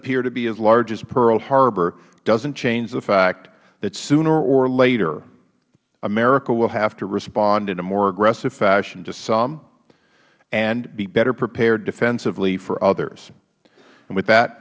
appear to be as large as pearl harbor doesn't change the fact that sooner or later america will have to respond in a more aggressive fashion to some and be better prepared defensively for others with that